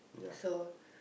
so